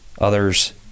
others